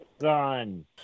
son